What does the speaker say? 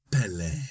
Pele